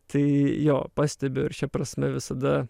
tai jo pastebiu ir šia prasme visada